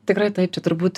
tikrai taip čia turbūt